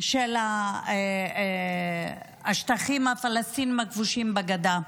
של השטחים הפלסטיניים הכבושים בגדה.